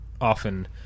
often